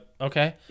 Okay